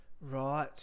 Right